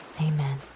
amen